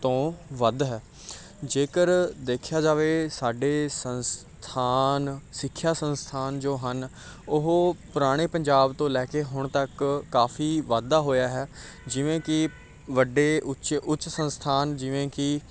ਤੋਂ ਵੱਧ ਹੈ ਜੇਕਰ ਦੇਖਿਆ ਜਾਵੇ ਸਾਡੇ ਸੰਸਥਾਨ ਸਿੱਖਿਆ ਸੰਸਥਾਨ ਜੋ ਹਨ ਉਹ ਪੁਰਾਣੇ ਪੰਜਾਬ ਤੋਂ ਲੈ ਕੇ ਹੁਣ ਤੱਕ ਕਾਫੀ ਵਾਧਾ ਹੋਇਆ ਹੈ ਜਿਵੇਂ ਕਿ ਵੱਡੇ ਉੱਚ ਉੱਚ ਸੰਸਥਾਨ ਜਿਵੇਂ ਕਿ